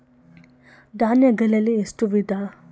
ಧಾನ್ಯಗಳಲ್ಲಿ ಎಷ್ಟು ವಿಧ?